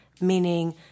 meaning